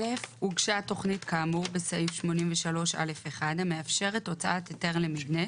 "א.הוגשה תכנית כאמור בסעיף 83א1 המאפשרת הוצאת היתר למבנה,